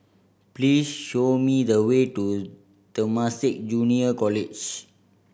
please show me the way to Temasek Junior College